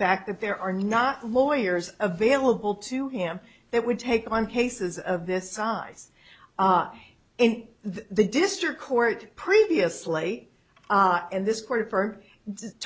fact that there are not lawyers available to him that would take on cases of this size in the district court previously and this court for